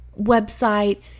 website